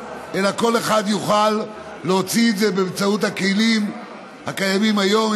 אלא כל אחד יוכל להוציא את זה באמצעות הכלים הקיימים היום,